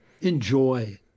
Enjoy